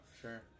Sure